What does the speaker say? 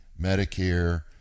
Medicare